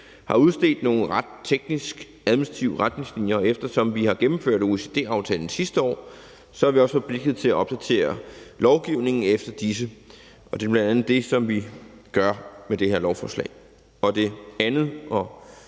har udstedt nogle ret tekniske administrative retningslinjer, og eftersom vi har gennemført OECD-aftalen sidste år, er vi også forpligtet til at opdatere lovgivningen efter disse, og det er bl.a. det, som vi gør med det her lovforslag. Det andet og